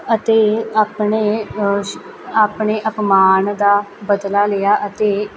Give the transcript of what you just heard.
ਅਤੇ ਆਪਣੇ ਆਪਣੇ ਅਪਮਾਨ ਦਾ ਬਦਲਾ ਲਿਆ ਅਤੇ